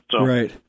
Right